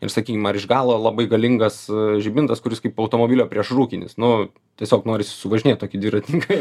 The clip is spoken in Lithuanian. ir sakykim ar iš galo labai galingas žibintas kuris kaip automobilio priešrūkinis nu tiesiog norisi suvažinėt tokį dviratininką